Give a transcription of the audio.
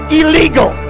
illegal